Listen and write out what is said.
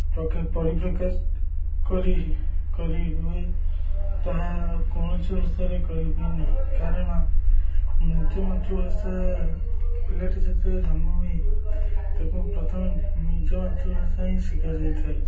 ପ୍ରକାଶ ପରିପ୍ରକାଶ କରି କରିହୁଏ ତାହା ଆଉ କୌଣସି ଭାଷାରେ କରିହୁୁଏ ନାହିଁ କାରଣ ନିଜ ମାତୃଭାଷା ପିଲାଟି ଯେତେବେଳେ ଜନ୍ମ ହୁଏ ତାକୁ ପ୍ରଥମେ ନିଜ ମାତୃଭାଷା ହିଁ ଶିଖାଯାଇଥାଏ